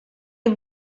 est